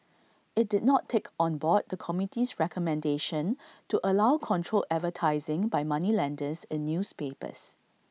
IT did not take on board the committee's recommendation to allow controlled advertising by moneylenders in newspapers